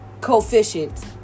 coefficient